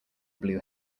blue